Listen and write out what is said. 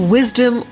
Wisdom